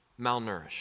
malnourished